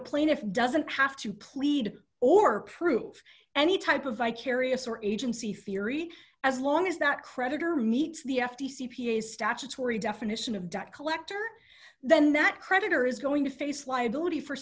a plaintiff doesn't have to plead or prove any type of vicarious or agency theory as long as that creditor meets the f t c p a statutory definition of debt collector then that creditor is going to face liability for